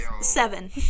seven